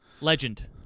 Legend